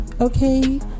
Okay